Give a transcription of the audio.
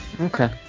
Okay